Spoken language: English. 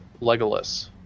Legolas